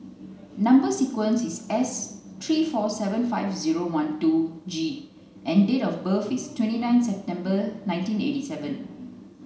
number sequence is S three four seven five zero one two G and date of birth is twenty nine September nineteen eight seven